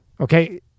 Okay